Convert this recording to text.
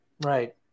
right